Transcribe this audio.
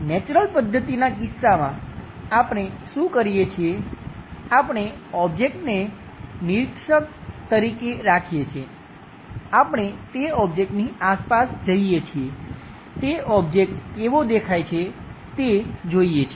natural પદ્ધતિના કિસ્સામાં આપણે શું કરીએ છીએ આપણે ઓબ્જેક્ટને નિરીક્ષક તરીકે રાખીએ છીએ આપણે તે ઓબ્જેક્ટની આસપાસ જઈએ છીએ તે ઓબ્જેક્ટ કેવો દેખાય છે તે જોઈએ છીએ